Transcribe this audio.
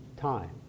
time